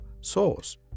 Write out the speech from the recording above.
source